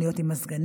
מכוניות עם מזגנים,